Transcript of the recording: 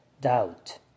doubt